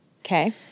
Okay